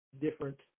different